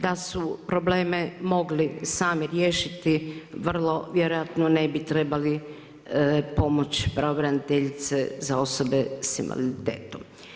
Da su probleme mogli sami riješiti vrlo vjerojatno ne bi trebali pomoć pravobraniteljice za osobe sa invaliditetom.